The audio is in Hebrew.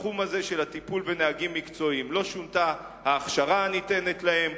בתחום הזה של הטיפול בנהגים מקצועיים: לא שונתה ההכשרה הניתנת להם,